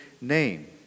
name